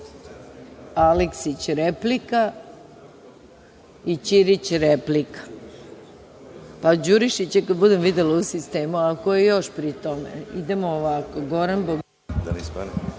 Aleksić, replika i Ćirić replika, a Đurišića kada budem videla u sistemu, ako je još pri tome. **Goran